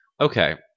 Okay